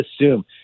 assume